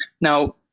Now